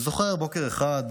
אני זוכר שבוקר אחד,